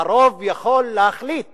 והרוב יכול להחליט